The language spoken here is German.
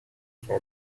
from